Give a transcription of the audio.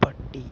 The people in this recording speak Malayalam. പട്ടി